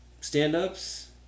stand-ups